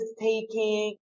taking